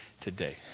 today